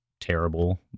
terrible